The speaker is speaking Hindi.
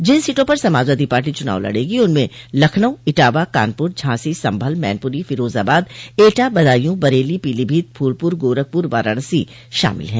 जिन सीटों पर समाजवादी पार्टी चुनाव लड़ेगी उनमें लखनऊ इटावा कानपुर झांसी संभल मैनपुरी फिरोजाबाद एटा बदायू बरेली पीलीभीत फूलपुर गोरखपुर वाराणसी शामिल है